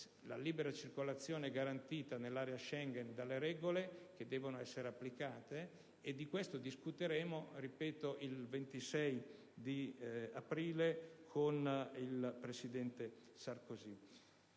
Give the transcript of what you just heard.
la libera circolazione è garantita nell'area Schengen da regole che devono essere applicate, e di questo discuteremo il 26 aprile con il presidente Sarkozy.